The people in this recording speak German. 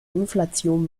inflation